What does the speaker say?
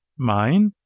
mine.